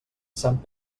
sant